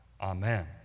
Amen